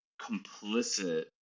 complicit